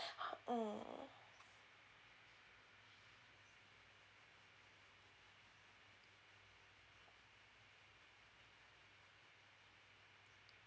mm